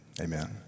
amen